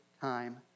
time